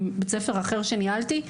מבית ספר אחר שניהלתי,